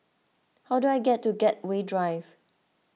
how do I get to Gateway Drive